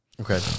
Okay